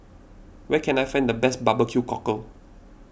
where can I find the best Barbecue Cockle